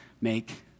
make